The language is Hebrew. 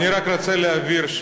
אני רק רוצה להבהיר,